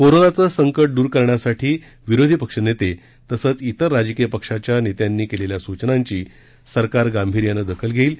कोरोनाचे संकट घालविण्यासाठी विरोधी पक्ष नेते तसेच इतर राजकीय पक्षाच्या नेत्यांनी केलेल्या सूचनांची सरकार गांभीर्याने दखल घेईल